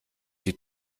die